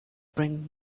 bring